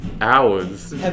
Hours